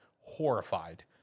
horrified